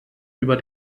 über